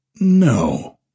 No